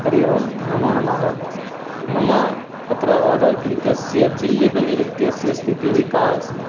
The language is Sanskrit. हरिः ओं नमो नमः मम तत्र ओर्डर् कृतस्य चिल्लीपन्नीर् इत्यस्य स्थितिः का अस्ति